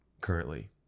currently